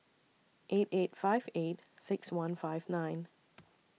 eight eight five eight six one five nine